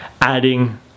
adding